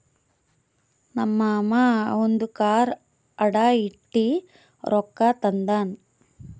ನಮ್ ಮಾಮಾ ಅವಂದು ಕಾರ್ ಅಡಾ ಇಟ್ಟಿ ರೊಕ್ಕಾ ತಂದಾನ್